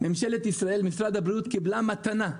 ממשלת ישראל ומשרד הבריאות קבלו מתנה,